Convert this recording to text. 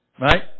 right